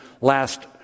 last